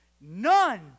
None